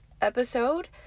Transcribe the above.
episode